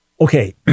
okay